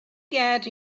get